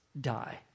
die